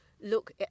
look